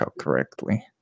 Correctly